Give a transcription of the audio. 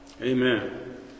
Amen